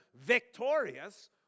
victorious